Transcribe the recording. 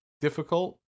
difficult